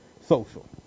social